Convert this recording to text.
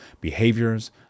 behaviors